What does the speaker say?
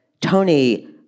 Tony